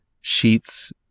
sheets